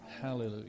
Hallelujah